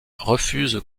refuse